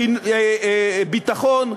ביטחון,